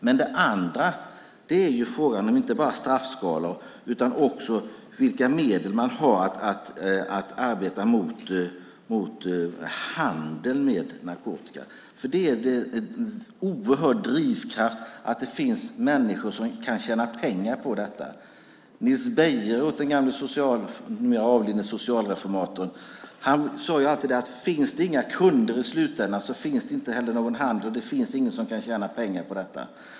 Men det handlar inte bara om straffskalor utan också om vilka medel som finns för att arbeta mot handel med narkotika. Det är en oerhörd drivkraft att det finns människor som kan tjäna pengar på detta. Nils Bejerot, den numera avlidne socialreformatorn, sade alltid: Finns det inga kunder i slutändan finns det inte heller någon handel och ingen som kan tjäna pengar på detta.